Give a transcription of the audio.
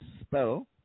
spell